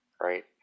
right